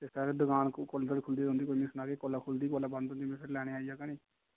ते सर दकान कोले तक्कर खुल्ली रौंह्दी तुस मिगी सनाओ कौल्ले बंद होंदी में फिर लैने गी आई जाह्गा नी